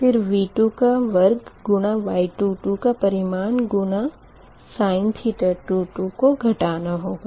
फिर V2 का वर्ग गुना Y22 का परिमाण गुना sin को घटाना होगा